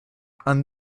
and